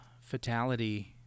fatality